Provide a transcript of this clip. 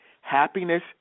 happiness